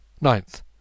Ninth